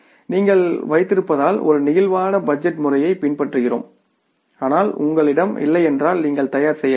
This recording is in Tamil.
நீங்கள் வைத்திருருப்பதால் ஒரு பிளேக்சிபிள் பட்ஜெட் முறையைப் பின்பற்றுகிறோம் ஆனால் உங்களிடம் இல்லையென்றால் நீங்கள் தயார் செய்ய வேண்டும்